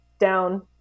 down